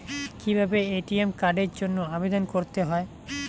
কিভাবে এ.টি.এম কার্ডের জন্য আবেদন করতে হয়?